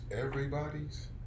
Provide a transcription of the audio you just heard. everybody's